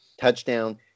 touchdown